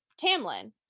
tamlin